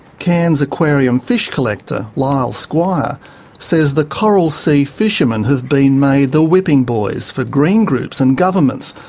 cairns aquarium fish collector lyle squire says the coral sea fishermen have been made the whipping boys for green groups and governments,